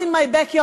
Not In My Backyard.